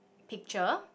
picture